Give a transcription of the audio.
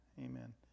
Amen